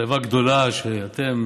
מחלבה גדולה, שאתם